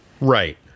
Right